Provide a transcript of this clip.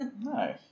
Nice